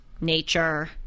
Nature